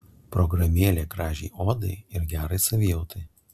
programėlė gražiai odai ir gerai savijautai